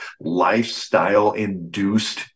lifestyle-induced